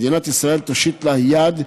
מדינה ישראל תושיט לה יד,